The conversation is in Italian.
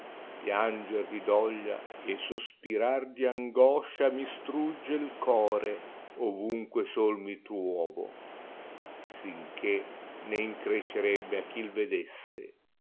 pianger di doglia e sospirar di angoscia mi strugge il core ovunque sol mi traovc sicché ne increseerebbe a chi l vedesse